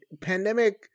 pandemic